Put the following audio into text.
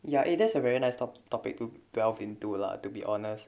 ya eh that's a very nice top~ topic to delve into lah to be honest